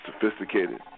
sophisticated